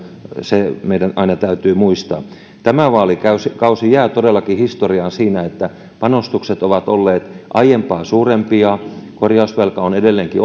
se meidän aina täytyy muistaa tämä vaalikausi jää todellakin historiaan siinä että panostukset ovat olleet aiempaa suurempia korjausvelka on edelleenkin